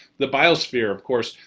the biosphere, of course,